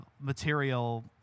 material